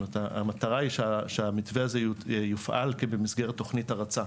המטרה היא שהמתווה הזה יופעל במסגרת תכנית הרצה,